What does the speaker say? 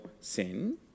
sin